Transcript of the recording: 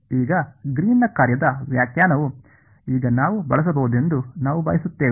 ಈಗ ಗ್ರೀನ್ನ ಕಾರ್ಯದ ವ್ಯಾಖ್ಯಾನವು ಈಗ ನಾವು ಬಳಸಬಹುದೆಂದು ನಾವು ಬಯಸುತ್ತೇವೆ